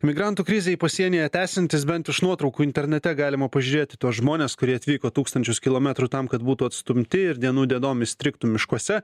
migrantų krizei pasienyje tesintis bent iš nuotraukų internete galima pažiūrėt į tuos žmones kurie atvyko tūkstančius kilometrų tam kad būtų atstumti ir dienų dienom įstrigtų miškuose